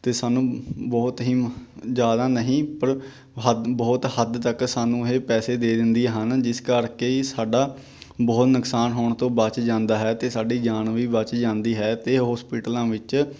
ਅਤੇ ਸਾਨੂੰ ਬਹੁਤ ਹੀ ਜ਼ਿਆਦਾ ਨਹੀਂ ਪਰ ਹੱਦ ਬਹੁਤ ਹੱਦ ਤੱਕ ਸਾਨੂੰ ਇਹ ਪੈਸੇ ਦੇ ਦਿੰਦੀਆਂ ਹਨ ਜਿਸ ਕਰਕੇ ਹੀ ਸਾਡਾ ਬਹੁਤ ਨੁਕਸਾਨ ਹੋਣ ਤੋਂ ਬਚ ਜਾਂਦਾ ਹੈ ਅਤੇ ਸਾਡੀ ਜਾਨ ਵੀ ਬਚ ਜਾਂਦੀ ਹੈ ਅਤੇ ਹੋਸਪੀਟਲਾਂ ਵਿੱਚ